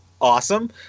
awesome